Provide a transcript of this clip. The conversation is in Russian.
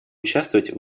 участвовать